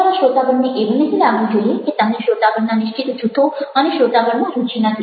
તમારા શ્રોતાગણને એવું નહિ લાગવું જોઈએ કે તમને શ્રોતાગણના નિશ્ચિત જૂથો અને શ્રોતાગણમાં રુચિ નથી